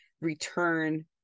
return